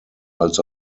als